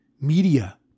media